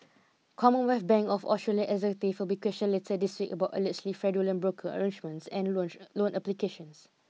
Commonwealth Bank of Australia executives will be questioned later this week about allegedly fraudulent broker arrangements and loan loan applications